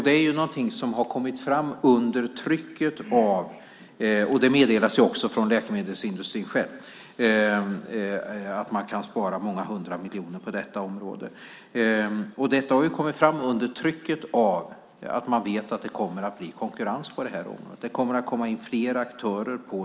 Det är någonting som har kommit fram under trycket - det meddelas av läkemedelsindustrin att det kommer att sparas många hundra miljoner på detta område - av att man vet att det kommer att bli konkurrens på det här området. Det kommer att komma in flera aktörer.